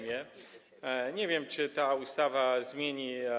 Nie wiem, czy ta ustawa to zmieni.